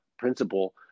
principle